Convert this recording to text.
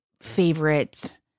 favorite